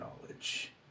knowledge